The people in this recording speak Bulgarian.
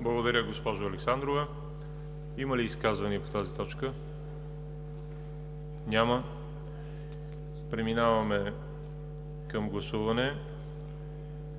Благодаря, госпожо Александрова. Има ли изказвания по тази точка? Няма. Преминаваме към гласуване